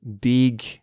big